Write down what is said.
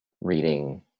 reading